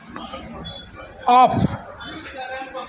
off